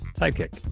Sidekick